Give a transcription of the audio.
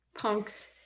punks